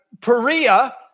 Perea